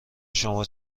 شما